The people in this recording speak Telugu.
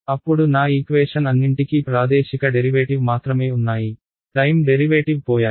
అప్పుడు నా ఈక్వేషన్ అన్నింటికీ ప్రాదేశిక డెరివేటివ్ మాత్రమే ఉన్నాయి టైమ్ డెరివేటివ్ పోయాయి